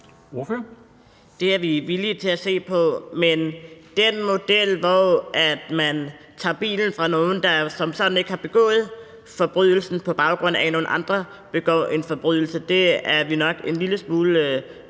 Det er vi villige til at se på, men den model, hvor man tager bilen fra nogen, der som sådan ikke har begået forbrydelsen, på baggrund af at nogle andre begår en forbrydelse, er vi nok en lille smule